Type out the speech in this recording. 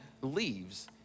leaves